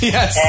Yes